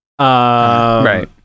Right